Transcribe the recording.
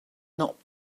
not